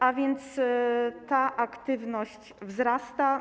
A więc ta aktywność wzrasta.